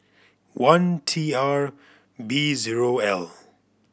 one T R B zero L